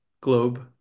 globe